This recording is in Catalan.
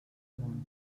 món